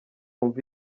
wumve